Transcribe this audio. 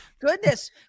Goodness